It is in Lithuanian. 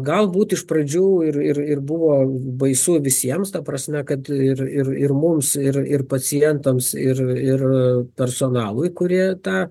galbūt iš pradžių ir ir ir buvo baisu visiems ta prasme kad ir ir ir mums ir ir pacientams ir ir personalui kurie tą